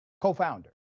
co-founder